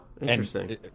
Interesting